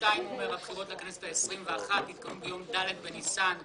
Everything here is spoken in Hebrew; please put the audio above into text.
2. הבחירות לכנסת ה-21 יתקיימו ביום ד' בניסן,